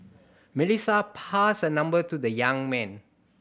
Melissa passed her number to the young man